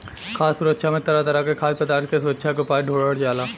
खाद्य सुरक्षा में तरह तरह के खाद्य पदार्थ के सुरक्षा के उपाय ढूढ़ल जाला